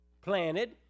Planted